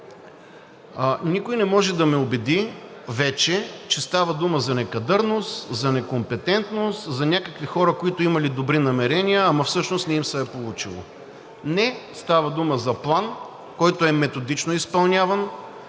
Никой не може да ме убеди вече, че става дума за некадърност, за некомпетентност, за някакви хора, които имали добри намерения, ама всъщност не им се е получило. Не, става дума за план, който е методично изпълняван.